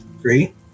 Great